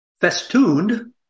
festooned